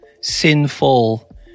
sinful